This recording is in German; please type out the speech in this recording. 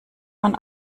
man